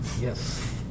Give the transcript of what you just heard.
Yes